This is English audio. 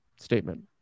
statement